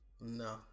No